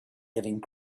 living